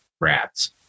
rats